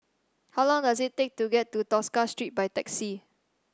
how long does it take to get to Tosca Street by taxi